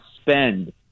spend